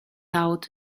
out